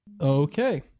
Okay